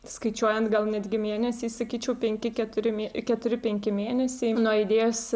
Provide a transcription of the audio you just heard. skaičiuojant gal netgi mėnesiais sakyčiau penki keturi mė keturi penki mėnesiai nuo idėjos